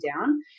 down